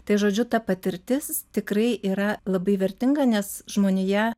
tai žodžiu ta patirtis tikrai yra labai vertinga nes žmonija